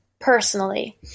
personally